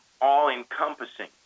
all-encompassing